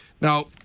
Now